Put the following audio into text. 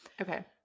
Okay